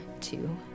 two